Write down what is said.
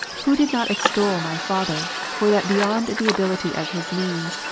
who did not extol my father, for that beyond the ability of his means,